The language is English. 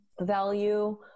value